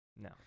no